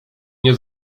nie